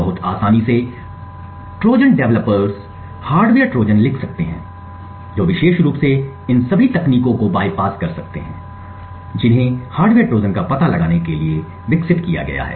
बहुत आसानी से ट्रोजन डेवलपर्स हार्डवेयर ट्रोजन लिख सकते हैं जो विशेष रूप से इन सभी तकनीकों को बायपास कर सकते हैं जिन्हें हार्डवेयर ट्रोजन का पता लगाने के लिए विकसित किया गया है